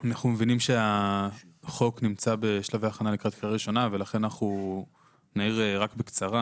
מבינים שהחוק נמצא בשלבי הכנה לקריאה ראשונה ולכן נעיר רק בקצרה.